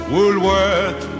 Woolworth